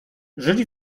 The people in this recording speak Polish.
żydzi